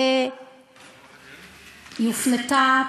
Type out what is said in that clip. הופנתה,